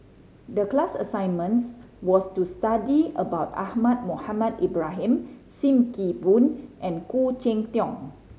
the class assignments was to study about Ahmad Mohamed Ibrahim Sim Kee Boon and Khoo Cheng Tiong